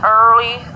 early